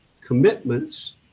commitments